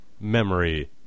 memory